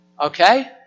Okay